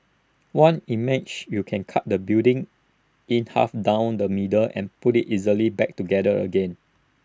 one image you could cut the building in half down the middle and put IT easily back together again